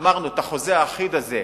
אמרנו שהחוזה האחיד הזה,